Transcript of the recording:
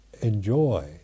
enjoy